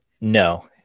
No